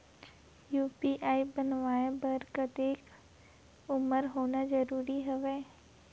UPI बनवाय बर कतेक उमर होना जरूरी हवय?